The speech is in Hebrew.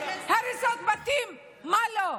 הריסות בתים ומה לא?